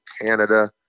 Canada